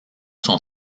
sont